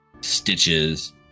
stitches